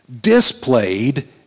displayed